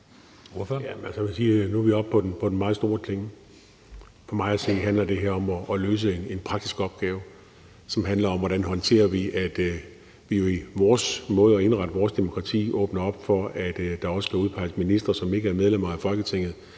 Nu er vi oppe på den meget store klinge. For mig at se handler det her om at løse en praktisk opgave, som handler om, hvordan vi håndterer, at vi jo med vores måde at indrette vores demokrati på, åbner for, at der også kan udpeges ministre, som ikke er medlemmer af Folketinget.